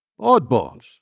oddballs